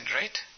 right